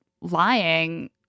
lying